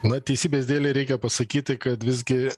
na teisybės dėlei reikia pasakyti kad visgi